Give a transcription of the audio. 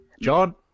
John